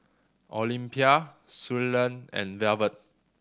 Olympia Suellen and Velvet